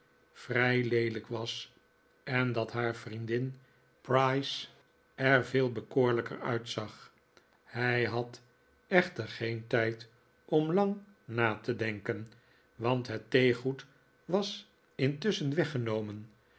vrij leelijk was en dat haar vriendin price er heel bekoorlijk uitzag hij had echter geen tijd om lang na te denken want het theegoed was intusschen weggenomen